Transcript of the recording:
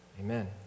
Amen